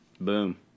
Boom